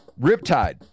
Riptide